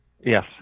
Yes